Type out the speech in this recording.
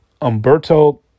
Umberto